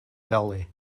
belly